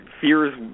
Fears